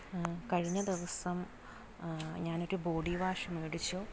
കഴിഞ്ഞ ദിവസം ഞാനൊരു ബോഡി വാഷ് മേടിച്ചു